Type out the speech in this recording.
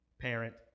parent